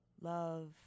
love